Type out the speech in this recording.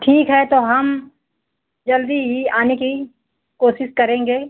ठीक है तो हम जल्दी ही आने की कोशिश करेंगे